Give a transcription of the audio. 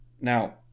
Now